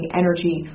energy